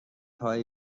های